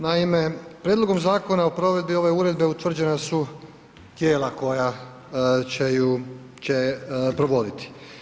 Naime, prijedlogom zakona o provedbi ove uredbe utvrđena su tijela koja će je provoditi.